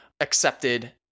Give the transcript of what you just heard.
accepted